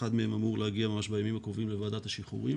אחד מהם אמור להגיע ממש בימים הקרובים לוועדת השחרורים